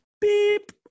beep